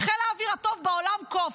חיל האוויר הטוב בעולם, קוף.